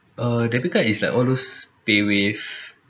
err debit card is like all those paywave